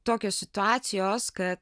tokios situacijos kad